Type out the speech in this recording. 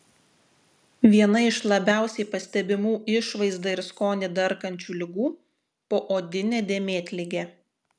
viena iš labiausiai pastebimų išvaizdą ir skonį darkančių ligų poodinė dėmėtligė